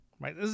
right